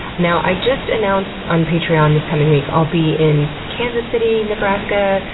now, i just announced on patreon, this coming week, i'll be in kansas city, nebraska,